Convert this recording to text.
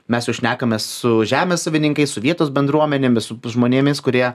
mes jau šnekamės su žemės savininkais su vietos bendruomenėmis su žmonėmis kurie